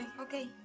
Okay